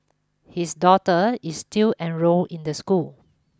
his daughter is still enrolled in the school